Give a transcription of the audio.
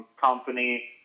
company